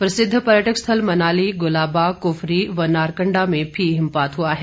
प्रसिद्ध पर्यटक स्थल मनाली गुलाबा कुफरी व नारकंडा में भी हिमपात हुआ है